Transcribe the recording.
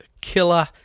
killer